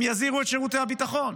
הם יזהירו את שירותי הביטחון.